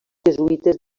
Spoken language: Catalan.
jesuïtes